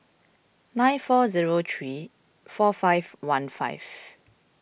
nine four zero three four five one five